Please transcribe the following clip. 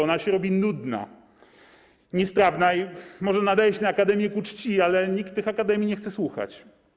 Ona się robi nudna, niestrawna i może nadaje się na akademię ku czci, ale nikt tych akademii nie chce słuchać.